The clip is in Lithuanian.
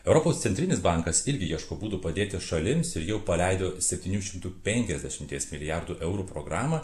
europos centrinis bankas irgi ieško būdų padėti šalims ir jau paleido septynių šimtų penkiasdešimties milijardų eurų programą